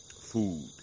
food